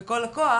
בכל הכוח